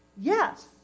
Yes